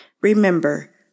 Remember